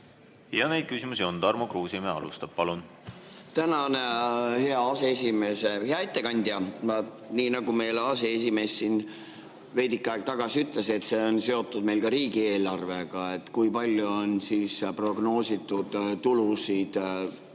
Ja neid küsimusi on. Tarmo Kruusimäe alustab. Palun! Tänan, hea aseesimees! Hea ettekandja! Nii nagu meile aseesimees siin veidike aega tagasi ütles, see on seotud meil ka riigieelarvega. Kui palju on siis prognoositud tulusid,